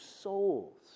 souls